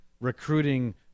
recruiting